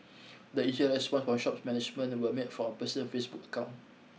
the initial response from shop's management were made from a personal Facebook account